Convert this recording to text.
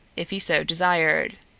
if he so desired.